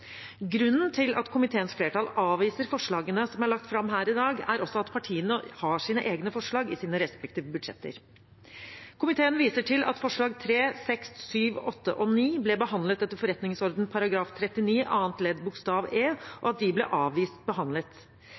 Grunnen til at komiteens flertall avviser forslagene som er lagt fram her i dag, er også at partiene har sine egne forslag i sine respektive budsjetter. Komiteen viser til at forslagene nr. 3, 6, 7, 8 og 9 ble behandlet etter forretningsordenens § 39 annet ledd bokstav e, og at de ble avvist behandlet.